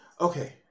okay